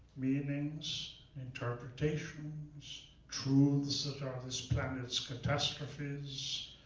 meanings, interpretations, truths that are this planet's catastrophes,